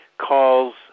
calls